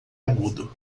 agudo